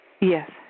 Yes